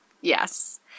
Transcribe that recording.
Yes